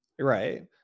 right